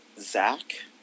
Zach